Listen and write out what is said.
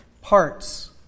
parts